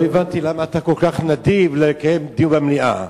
לא הבנתי למה אתה כל כך נדיב לקיים דיון במליאה.